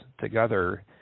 together